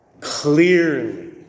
clearly